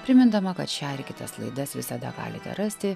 primindama kad šią ir kitas laidas visada galite rasti